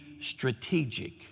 strategic